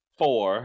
four